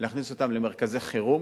להכניס אותם למרכזי חירום,